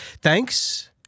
Thanks